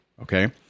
Okay